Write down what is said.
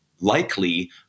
likely